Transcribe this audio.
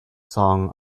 song